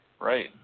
Right